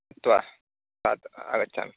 उक्त्वा रात्रौ आगच्छामि